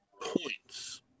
points